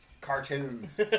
cartoons